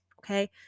okay